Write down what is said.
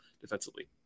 defensively